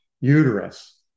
uterus